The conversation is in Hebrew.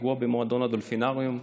פיגוע במועדון הדולפינריום,